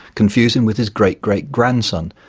confuse him with his great, great grandson,